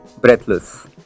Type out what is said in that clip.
breathless